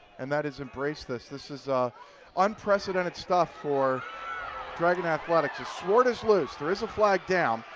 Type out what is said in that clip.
and that is embrace this. this is ah unprecedented stuff for dragon athletics as swart is loose. there is a flag down.